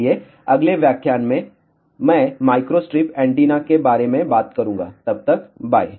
इसलिए अगले व्याख्यान में मैं माइक्रोस्ट्रिप एंटीना के बारे में बात करूंगा तब तक बाय